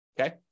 okay